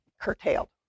curtailed